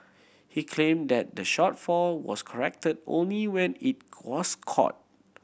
he claimed that the shortfall was corrected only when it was caught